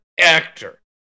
actor